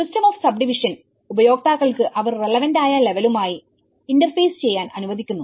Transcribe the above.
system of subdivision ഉപയോക്താക്കൾക്ക് അവർക്ക് relevant ആയ ലെവലുമായി ഇന്റർഫേസ് ചെയ്യാൻ അനുവദിക്കുന്നു